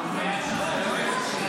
אי-אפשר, אי-אפשר.